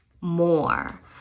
more